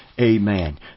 amen